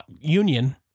union